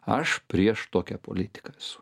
aš prieš tokią politiką esu